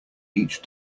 each